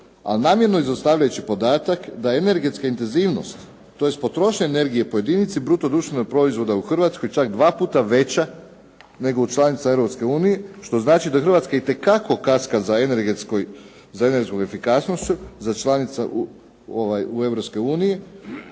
namjerno izostavljajući podatak da energetska intenzivnost tj. potrošnja energije po jedinici bruto društvenog proizvoda u Hrvatskoj je čak dva puta veća nego u članica Europske unije što znači da Hrvatska itekako kaska za energetskom efikasnošću za članicama u